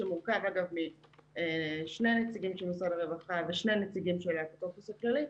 שמורכב משני נציגים של משרד הרווחה ושני נציגים של האפוטרופוס הכללי,